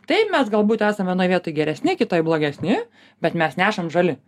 taip mes galbūt esam vienoj vietoj geresni kitoj blogesni bet mes nesam žali